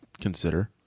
consider